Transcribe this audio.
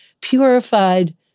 purified